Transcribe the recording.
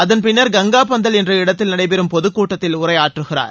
அதன்பின்னர் கங்கா பந்தல் என்ற இடத்தில் நடைபெறும் பொதுக்கூட்டத்தில் உரையாற்றுகிறார்